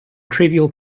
trivial